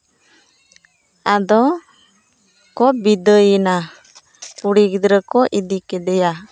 ᱟᱫᱚ ᱠᱚ ᱵᱤᱫᱟᱹᱭᱮᱱᱟ ᱠᱩᱲᱤ ᱜᱤᱫᱽᱨᱟᱹ ᱠᱚ ᱤᱫᱤ ᱠᱮᱫᱮᱭᱟ